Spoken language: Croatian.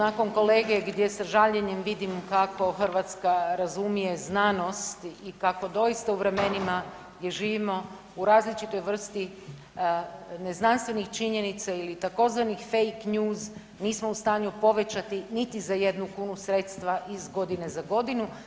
Pa evo nakon kolege gdje sa žaljenjem vidim kako Hrvatska razumije znanost i kako doista u vremenima gdje živimo u različitoj vrsti neznanstvenih činjenica ili tzv. fake news nismo u stanju povećati niti za jednu kunu sredstva iz godine za godinu.